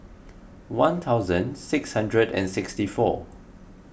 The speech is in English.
one thousand six hundred and sixty four